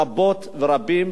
רבות ורבים.